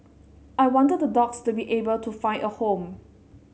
I wanted the dogs to be able to find a home